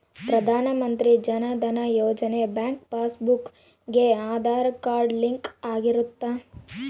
ಪ್ರಧಾನ ಮಂತ್ರಿ ಜನ ಧನ ಯೋಜನೆ ಬ್ಯಾಂಕ್ ಪಾಸ್ ಬುಕ್ ಗೆ ಆದಾರ್ ಕಾರ್ಡ್ ಲಿಂಕ್ ಆಗಿರುತ್ತ